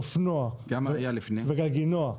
אופנוע וגלגינוע,